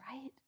right